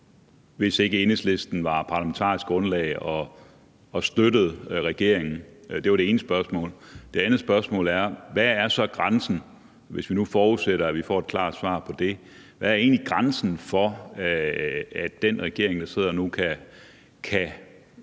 hvis ikke Enhedslisten var parlamentarisk grundlag og støttede regeringen? Det var det ene spørgsmål. Det andet spørgsmål er: Hvad er så grænsen – hvis vi nu forudsætter, at vi får et klart svar på det første spørgsmål – for, at den regering, der sidder nu, kan